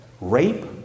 rape